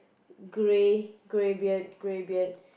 grey grey beard grey beard